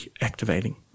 activating